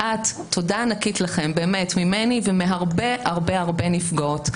תודה ענקית לכן ממני ומהרבה הרבה נפגעות.